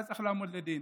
היה צריך לעמוד לדין.